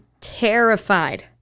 terrified